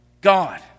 God